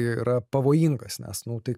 yra pavojingas nes nu tai